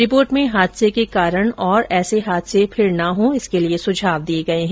report में हादसे के कारण और ऐसे हादसे फिर ना हो इसके लिये सुझाव दिए गए हैं